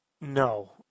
No